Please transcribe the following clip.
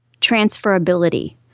transferability